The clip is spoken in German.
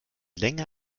länger